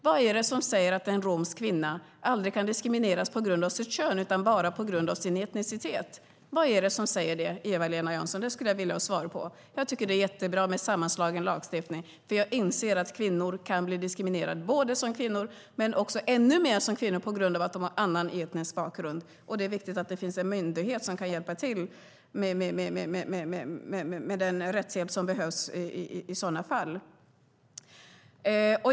Vad är det som säger att en romsk kvinna aldrig kan diskrimineras på grund av sitt kön utan bara på grund av sin etnicitet? Vad är det som säger det, Eva-Lena Jansson? Det skulle jag vilja ha svar på. Jag tycker att det är jättebra med sammanslagen lagstiftning, för jag inser att kvinnor kan bli diskriminerade både som kvinnor och ännu mer som kvinnor som har en annan etnisk bakgrund. Det är viktigt att det finns en myndighet som kan hjälpa till med den rättshjälp som behövs i sådana fall.